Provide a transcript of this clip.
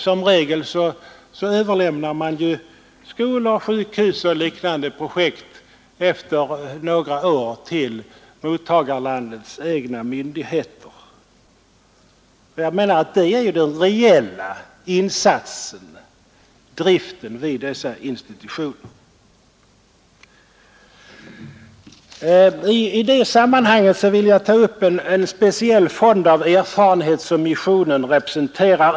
Som regel överlämnar man ju skolor och sjukhus och liknande projekt efter några år till mottagarlandets egna myndigheter. Jag vill än en gång slå fast att driften vid dessa institutioner är den reella utvecklingshjälpen. I detta sammanhang vill jag ta upp den speciella fond av erfarenhet som missionen representerar.